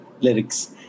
lyrics